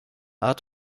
art